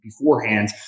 Beforehand